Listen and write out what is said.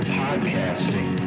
podcasting